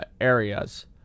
areas